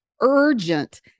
urgent